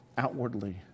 outwardly